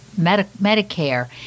Medicare